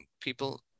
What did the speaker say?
People